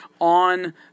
on